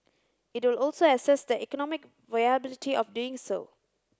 it will also assess the economic viability of doing so